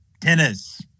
tennis